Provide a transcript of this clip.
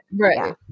Right